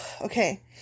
okay